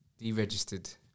deregistered